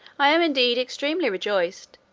i am indeed extremely rejoiced.